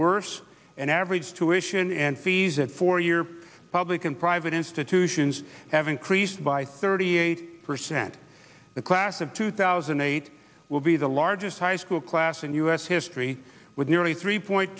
worse and average tuition and fees at four year public and private institutions have increased by thirty eight percent the class of two thousand and eight will be the largest high school class in u s history with nearly three point